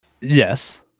Yes